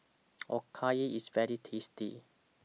Okayu IS very tasty